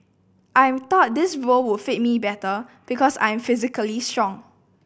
I thought that this role would fit me better because I am physically strong